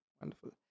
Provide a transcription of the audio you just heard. wonderful